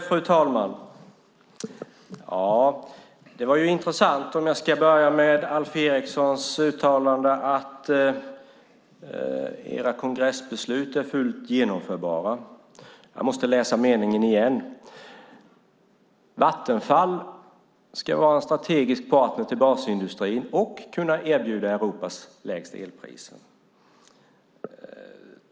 Fru talman! Det var intressant. Jag börjar med detta uttalande av Alf Eriksson: "Våra kongressbeslut är fullt genomförbara." Jag måste läsa meningen igen: "Vattenfall . ska vara en strategisk partner till basindustrin och kunna erbjuda Europas lägsta elpriser."